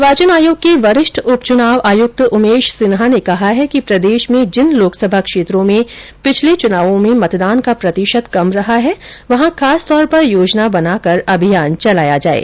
निर्वाचन आयोग के वरिष्ठ उप चुनाव आयुक्त उमेश सिन्हा ने कहा है कि प्रदेश में जिन लोकसभा क्षेत्रों में पिछले चुनावों में मतदान का प्रतिशत कम रहा है वहां खास तौर पर योजना बनाकर अभियान चलाया जाये